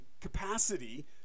capacity